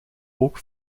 ook